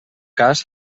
cas